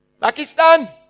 Pakistan